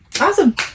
Awesome